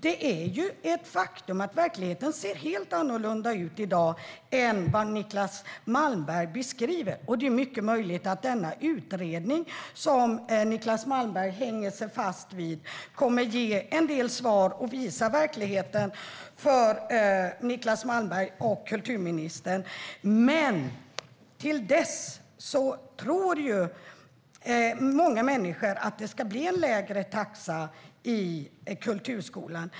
Det är ett faktum att verkligheten ser helt annorlunda ut i dag än vad Niclas Malmberg beskriver. Det är mycket möjligt att denna utredning som Niclas Malmberg hänger sig fast vid kommer att ge en del svar och visa verkligheten för Niclas Malmberg och kulturministern. Men till dess tror många människor att det ska bli en lägre taxa i kulturskolan.